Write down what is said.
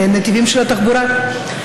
בנתיבים של התחבורה.